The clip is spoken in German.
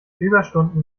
überstunden